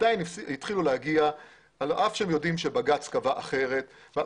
עדיין התחילו להגיע על אף שהם יודעים שבג"ץ קבע אחרת ועל